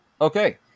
Okay